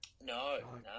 No